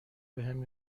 بهم